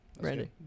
Ready